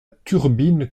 turbine